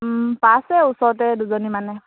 পাইছে ওচৰতে দুজনী মানে